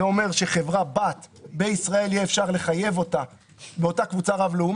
ולהגיע למצב שנוכל להצביע כולנו בעד החוק הזה וכמה שיותר מהר,